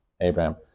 Abraham